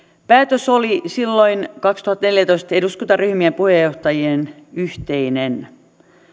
päätös oli silloin kaksituhattaneljätoista eduskuntaryhmien puheenjohtajien yhteinen